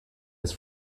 his